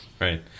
right